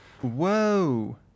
Whoa